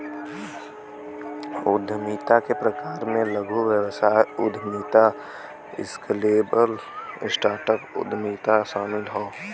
उद्यमिता के प्रकार में लघु व्यवसाय उद्यमिता, स्केलेबल स्टार्टअप उद्यमिता शामिल हौ